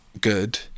good